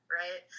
right